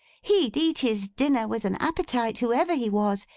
he'd eat his dinner with an appetite, whoever he was,